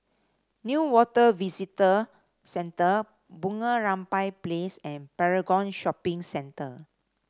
Newater Visitor Centre Bunga Rampai Place and Paragon Shopping Centre